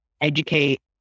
educate